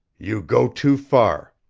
you go too far!